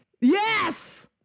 Yes